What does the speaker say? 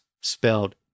spelled